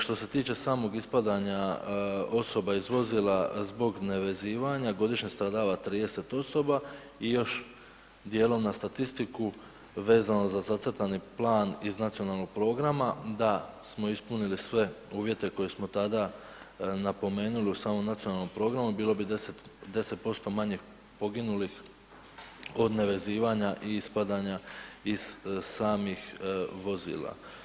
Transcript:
Što se tiče samog ispadanja osoba iz vozila zbog nevezivanja godišnje stradava 30 osoba i još dijelom na statistiku vezano za zacrtani plan iz nacionalnog programa, da smo ispunili sve uvjete koje smo tada napomenuli u samom nacionalnom programu, bilo bi 10% manje poginulih od nevezivanja i ispadanja iz samih vozila.